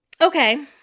okay